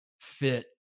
fit